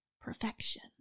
perfection